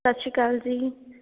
ਸਤਿ ਸ਼੍ਰੀ ਅਕਾਲ ਜੀ